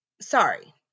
Sorry